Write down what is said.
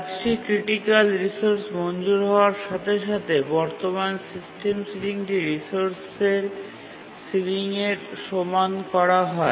কাজটি critical resource মঞ্জুর হওয়ার সাথে সাথে বর্তমান সিস্টেম সিলিংটি রিসোর্সের সিলিংয়ের সমান করা হয়